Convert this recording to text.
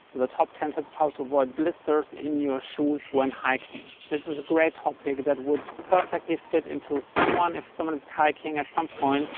the top ten tips on how to avoid blisters in your shoes when hiking. this is a great topic that would perfectly fit into someone if someone is hiking at some point.